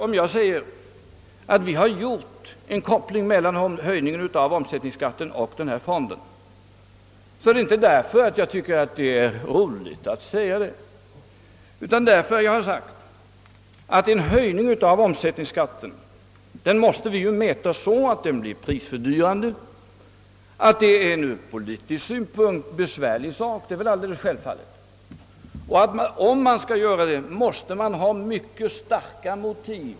Om jag säger att vi har gjort en sammankoppling av höjningen av omsättningsskatten och denna fond är anledningen inte att jag tycker det är roligt att säga det. Såsom jag har framhållit måste vi räkna med att en höjning av omsättningsskatten leder till prishöjningar. Att detta ur politisk synpunkt medför svårigheter är självfallet. Om man skall vidta en sådan åtgärd måste man därför ha mycket starka motiv.